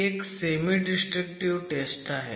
ही एक semi destructive test आहे